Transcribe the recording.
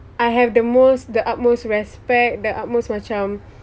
I have the most the utmost respect the utmost macam